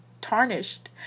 tarnished